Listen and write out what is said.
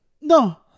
no